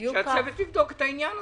שיבדוק את העניין הזה.